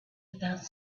without